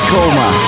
Coma